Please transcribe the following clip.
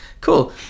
Cool